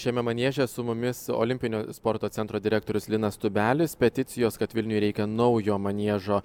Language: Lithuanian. šiame manieže su mumis olimpinio sporto centro direktorius linas tubelis peticijos kad vilniui reikia naujo maniežo